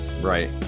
Right